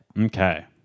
Okay